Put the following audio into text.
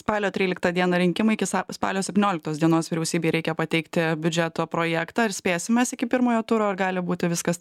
spalio tryliktą dieną rinkimai iki spalio septynioliktos dienos vyriausybei reikia pateikti biudžeto projektą ar spėsim mes iki pirmojo turo ar gali būti viskas